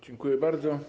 Dziękuję bardzo.